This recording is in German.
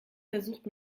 versucht